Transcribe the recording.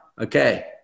Okay